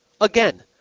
Again